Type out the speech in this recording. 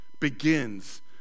begins